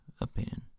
opinion